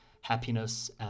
happiness